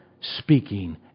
speaking